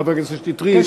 חבר הכנסת שטרית,